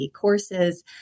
courses